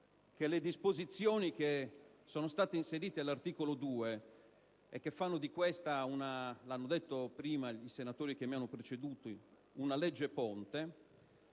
che le disposizioni che sono state inserite all'articolo 2 e che fanno di questa una legge ponte